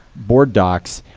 board docs,